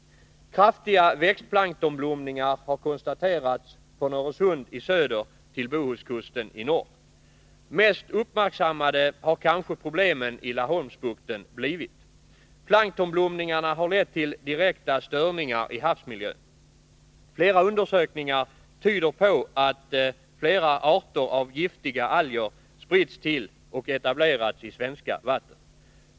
Kraftiga växtplanktonsblomningar har konstaterats från Öresund i söder till Bohuskusten i norr. Mest uppmärksammade har kanske problemen i Laholmsbukten blivit. Planktonblomningarna har lett till direkta störningar i havsmiljön. Flera undersökningar tyder på att flera arter av giftiga alger spritts till och etablerats i svenska vatten.